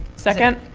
second.